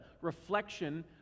reflection